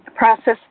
Process